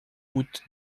route